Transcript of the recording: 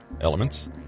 elements